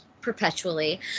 perpetually